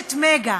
רשת "מגה",